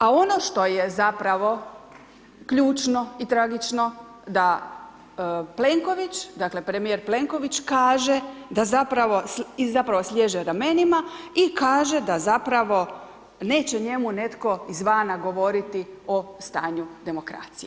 A ono što je zapravo ključno i tragično, da Plenković, dakle, premjer Plenković kaže i zapravo sliježe ramenima i kaže da zapravo neće njemu netko iz vana govoriti o stanju demokracije.